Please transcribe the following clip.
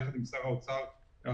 יחד עם שר האוצר הקודם,